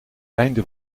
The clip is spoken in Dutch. einde